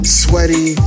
sweaty